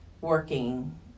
working